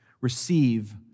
receive